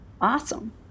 Awesome